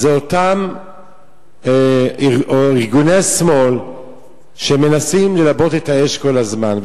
אלה אותם ארגוני שמאל שמנסים ללבות את האש כל הזמן.